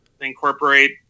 incorporate